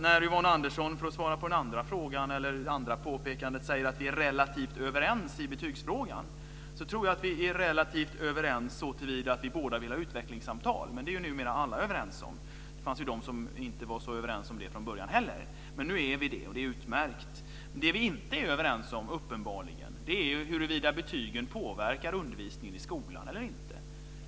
När Yvonne Andersson, för att svara på det andra påpekandet, säger att vi är relativt överens i betygsfrågan tror jag att vi är relativt överens såtillvida att vi båda vill ha utvecklingssamtal. Det är ju numera alla överens om. Det fanns de som inte var så överens om det från början, men nu är vi det och det är utmärkt. Det vi uppenbarligen inte är överens om är huruvida betygen påverkar undervisningen i skolan eller inte.